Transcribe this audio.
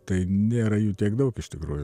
tai nėra jų tiek daug iš tikrųjų